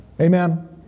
Amen